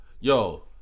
Yo